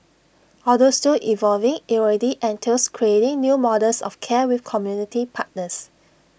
although still evolving IT already entails creating new models of care with community partners